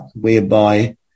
whereby